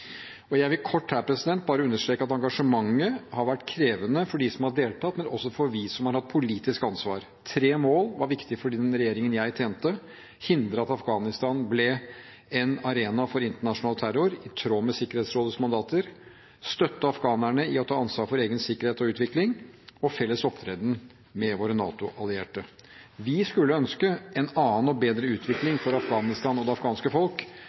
Jeg vil her bare kort understreke at engasjementet har vært krevende for dem som har deltatt, men også for oss som har hatt politisk ansvar. Tre mål var viktige for den regjeringen jeg tjente: å hindre at Afghanistan ble en arena for internasjonal terror, i tråd med Sikkerhetsrådets mandater å støtte afghanerne i å ta ansvar for egen sikkerhet og utvikling felles opptreden med våre NATO-allierte Vi skulle ønske en annen og bedre utvikling for Afghanistan og det afghanske folk,